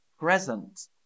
Present